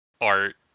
Art